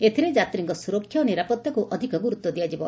ଏଥିରେ ଯାତ୍ରୀଙ୍କ ସୁରକ୍ଷା ଓ ନିରାପତ୍ତାକୁ ଅଧିକ ଗୁରୁତ୍ୱ ଦିଆଯିବ